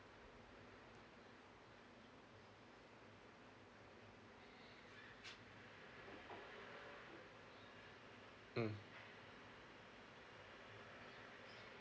mm